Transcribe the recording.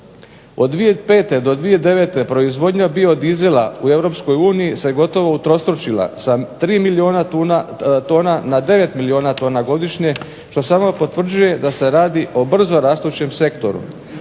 Od 2005. do 2009. proizvodnja biodizela u Europskoj uniji se gotovo utrostručila, sa 3 milijuna tona na 9 milijuna tona godišnje što samo potvrđuje da se radi o brzo rastućem sektoru.